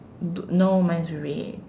do no mine is red